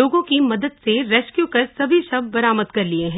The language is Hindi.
लोगों की मदद से रेस्क्यू कर सभी शव बरामद कर लिए है